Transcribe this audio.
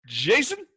Jason